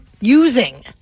using